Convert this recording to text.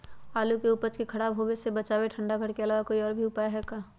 आलू के उपज के खराब होवे से बचाबे ठंडा घर के अलावा कोई और भी उपाय है का?